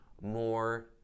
more